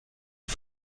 les